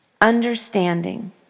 understanding